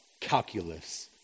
calculus